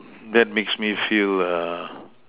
that makes me feel uh